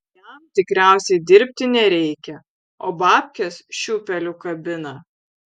jam tikriausiai dirbti nereikia o babkes šiūpeliu kabina